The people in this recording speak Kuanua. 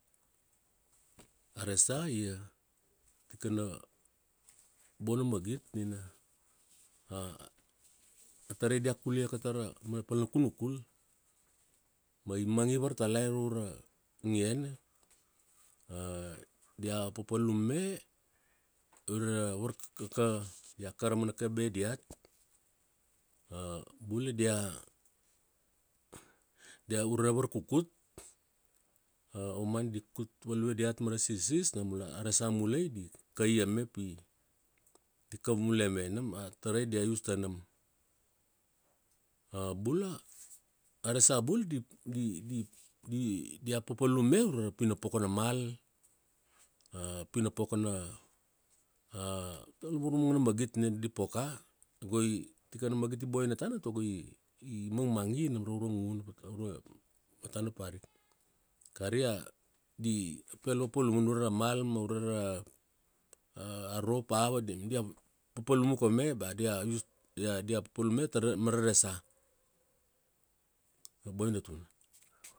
A resa ia, tikana bona magit nina a tarai dia kul ia tara mana pal na kunukul, ma i mangi vartalai raura ngiene, dia papalum me ure ra varkaka. Dia ka ra umana kabai diat. Bula dia, ure varkukut. aumana di kut value diat mara sisis namur a resa mulai di kaia me pi, di ka mule me. Nam a tarai dia use tanam. Bula, a resa bula di, di, di, dia papalum me ure ra pinopokomna mal, a pinopoko na a lavur mangana magit nina di poko. Ta go tikana magit i boina tana tago i, i, mangmangi nam ra ura nguna, aura matana parika. Kari a, di, pel papalum una ure ra mal ma ure ra, a rop avan nam dia, papalum ika me bea dia use, dia dia papalum me tara, mara resa. Io boina tuna.